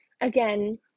again